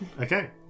Okay